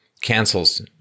cancels